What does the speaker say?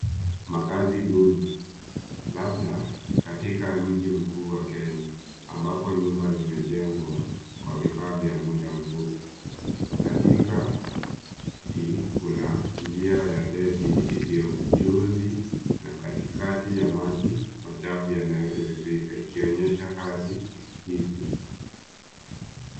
Makazi duni, labda katika mji mkuu wa Kenya ambapo nyumba zimejengwa kwa vifaa vya muda mfupi. Katikati kuna njia ya dedi iliyojuzi na katikati ya maji machafu yanayotiririka, ikionyesha hadhi hizi.